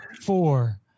four